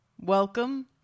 Welcome